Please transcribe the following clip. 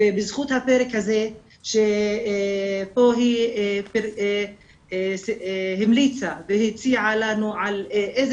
בפרק הזה שפה היא המליצה והציעה לנו איזה